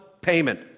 payment